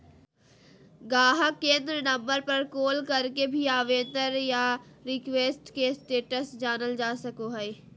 गाहक केंद्र नम्बर पर कॉल करके भी आवेदन या रिक्वेस्ट के स्टेटस जानल जा सको हय